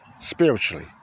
spiritually